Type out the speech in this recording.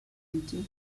into